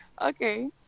Okay